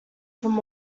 from